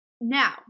Now